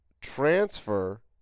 transfer